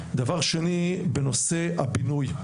דבר שני, בנושא הבינוי,